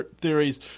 theories